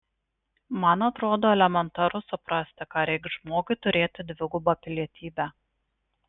man atrodo elementaru suprasti ką reikš žmogui turėti dvigubą pilietybę